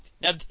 now